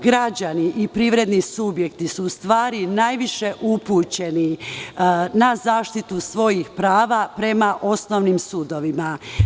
Građani i privredni subjekti su najviše upućeni na zaštitu svojih prava prema osnovnim sudovima.